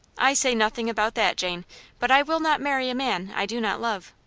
i say nothing about that, jane but i will not marry a man i do not love.